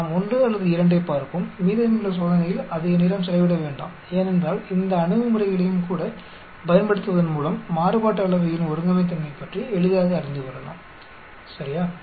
நாம் 1 அல்லது 2 ஐப் பார்ப்போம் மீதமுள்ள சோதனையில் அதிக நேரம் செலவிட வேண்டாம் ஏனென்றால் இந்த அணுகுமுறைகளையும் கூடப் பயன்படுத்துவதன் மூலம் மாறுபாட்டு அளவையின் ஒருங்கமைத்தன்மை பற்றி எளிதாக அறிந்து கொள்ளலாம் சரியா